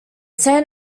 san